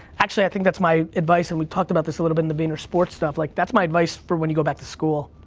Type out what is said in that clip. actually, i think that's my advice, and we talked about this a little bit in the vaynersports stuff, like, that's my advice for when you go back to school.